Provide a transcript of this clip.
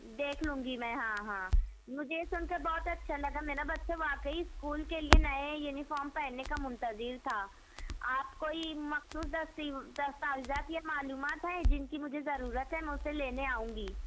دیکھ لوں گی میں ہاں ہاں مجھے یہ سن کر بہت اچھا لگا میرا بچہ واقعی اسکول کے لیے نئے یونیفام پہننے کا منتظر تھا آپ کوئی مخصوص دستی دستاویزات یا معلومات ہیں جن کی مجھے ضرورت ہے میں اسے لینے آؤں گی